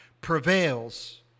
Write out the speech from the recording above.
prevails